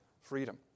freedom